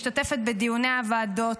משתתפת בדיוני הוועדות,